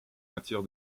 matière